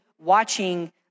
watching